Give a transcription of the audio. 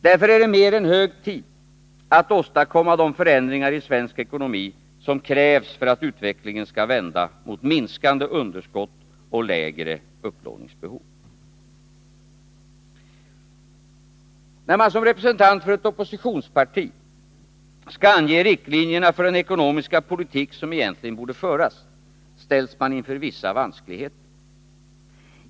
Därför är det mer än hög tid att åstadkomma de förändringar i svensk ekonomi som krävs för att utvecklingen skall vända mot minskande underskott och lägre upplåningsbehov. När man som representant för ett oppositionsparti skall ange riktlinjerna för den ekonomiska politik som egentligen borde föras ställs man inför vissa vanskligheter.